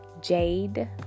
Jade